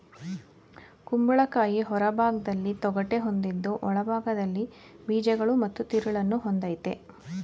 ಕುಂಬಳಕಾಯಿ ಹೊರಭಾಗ್ದಲ್ಲಿ ತೊಗಟೆ ಹೊಂದಿದ್ದು ಒಳಭಾಗ್ದಲ್ಲಿ ಬೀಜಗಳು ಮತ್ತು ತಿರುಳನ್ನು ಹೊಂದಯ್ತೆ